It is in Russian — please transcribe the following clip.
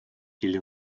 или